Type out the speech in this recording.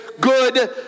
good